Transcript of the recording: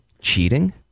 cheating